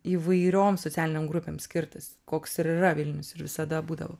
įvairioms socialinėm grupėms skirtas koks ir yra vilnius ir visada būdavo